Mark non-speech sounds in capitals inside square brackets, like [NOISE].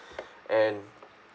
[BREATH] and